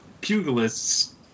pugilists